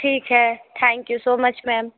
ठीक है thank you so much ma'am